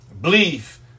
Belief